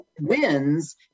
wins